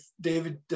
David